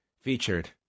featured